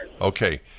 Okay